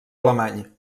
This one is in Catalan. alemany